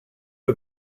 are